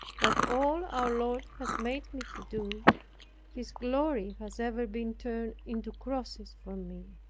that all our lord has made me to do his glory has ever been turned into crosses for me.